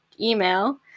email